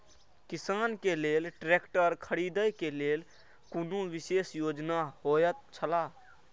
किसान के लेल ट्रैक्टर खरीदे के लेल कुनु विशेष योजना होयत छला?